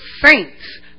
saints